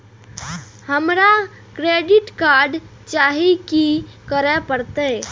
हमरा credit card चाही की करे परतै?